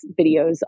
videos